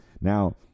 Now